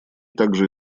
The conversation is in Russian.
также